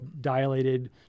dilated